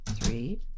three